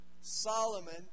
Solomon